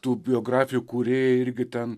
tų biografijų kūrėjai irgi ten